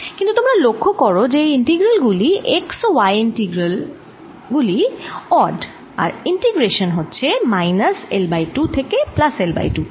কিন্তু তোমরা লক্ষ্য করো যে এই ইন্টিগ্রাল গুলি x ও y ইন্টিগ্রাল গুলি অড আর ইন্টিগ্রেশান হচ্ছে মাইনাস L বাই 2 থেকে প্লাস L বাই 2 তে